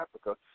Africa